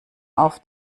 auf